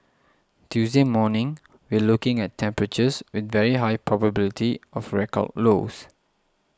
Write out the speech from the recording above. Tuesday morning we're looking at temperatures with very high probability of record lows